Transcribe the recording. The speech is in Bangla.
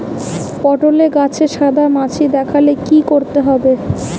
পটলে গাছে সাদা মাছি দেখালে কি করতে হবে?